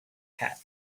cat